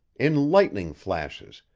in lightning flashes,